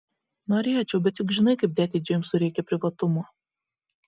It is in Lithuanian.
norėčiau bet juk žinai kaip dėdei džeimsui reikia privatumo